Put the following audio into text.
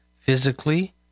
physically